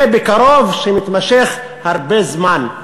זה "בקרוב" שמתמשך הרבה זמן.